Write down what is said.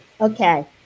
Okay